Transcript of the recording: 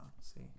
see